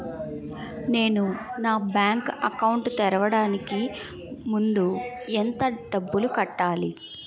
నేను నా bank account తెరవడానికి ముందు ఎంత డబ్బులు కట్టాలి?